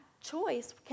choice